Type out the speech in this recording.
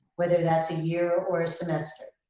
whether that's a year or a semester?